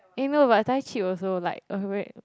eh no but Thai cheap also like